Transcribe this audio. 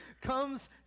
comes